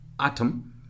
atom